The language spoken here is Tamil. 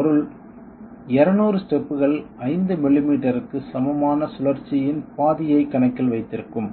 இதன் பொருள் 200 ஸ்டெப்கள் 5 மில்லிமீட்டருக்கு சமமான சுழற்சியின் பாதியைக் கணக்கில் வைத்திருக்கும்